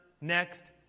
next